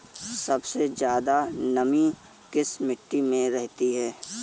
सबसे ज्यादा नमी किस मिट्टी में रहती है?